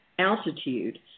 altitude